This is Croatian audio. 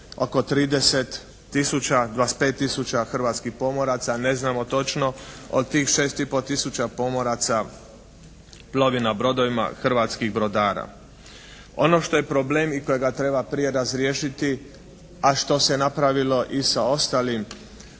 oko 30 000, 25 000 hrvatskih pomoraca a ne znamo točno od tih 6 i pol tisuća pomoraca plovi na brodovima hrvatskih brodara. Ono što je problem i kojega treba prije razriješiti a što se napravilo i sa ostalim